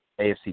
AFC